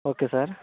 okay sir